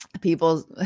people